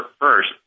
first